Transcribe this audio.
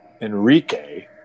Enrique